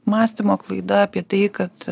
mąstymo klaida apie tai kad